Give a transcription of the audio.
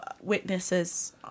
witnesses